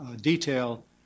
detail